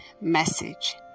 message